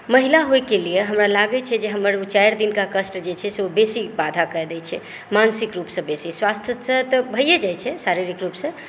महिला होइके लिये हमरा लागै छै जे हमर ओ चारि दिनका कष्ट जे छै से ओ बेसी बाधा कए दै छै मानसिक रूपसँ बेसी स्वास्थ्य सँ तऽ भइए जाइ छै शारीरिक रूपसँ